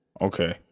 Okay